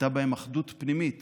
הייתה בהם אחדות פנימית